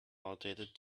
outdated